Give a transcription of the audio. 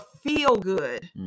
feel-good